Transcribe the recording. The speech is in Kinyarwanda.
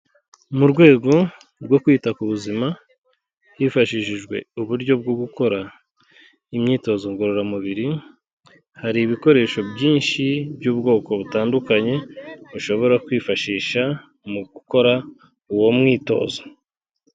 Mu rwego rwo kwita ku buzima hifashishijwe uburyo bwo gukora imyitozo ngororamubiri, hari ibikoresho byinshi by'ubwoko butandukanye bashobora kwifashisha mu gukora uwo mwitozo.